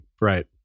right